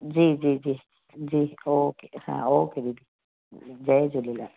जी जी जी जी ओके हा ओके दीदी जय झूलेलाल